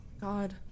god